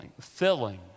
filling